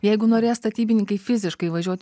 jeigu norės statybininkai fiziškai važiuot